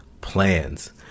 plans